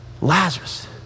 Lazarus